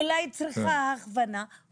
אולי היא צריכה הכוונה,